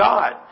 God